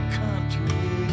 country